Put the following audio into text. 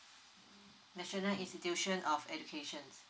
national institution of education